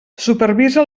supervisa